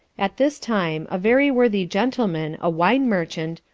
at this time a very worthy gentleman, a wine merchant,